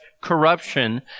corruption